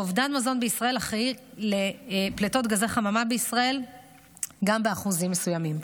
ואובדן מזון בישראל אחראי גם לפליטות גזי חממה בישראל באחוזים מסוימים.